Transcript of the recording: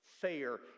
fair